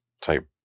type